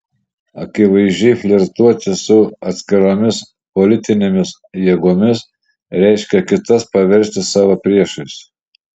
akivaizdžiai flirtuoti su atskiromis politinėmis jėgomis reiškia kitas paversti savo priešais